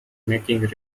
making